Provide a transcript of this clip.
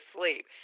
sleep